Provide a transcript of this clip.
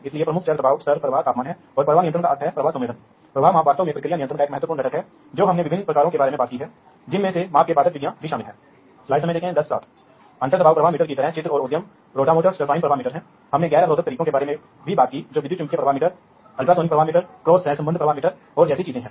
इसलिए प्रत्येक इसलिए सभी संकेतों को केंद्रीय कंप्यूटर पर ले जाया जाना चाहिए जिसमें बहुत बड़ी वारिंग होती है और डेटा शोर पैदा होता है